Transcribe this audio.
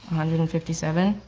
hundred and fifty seven.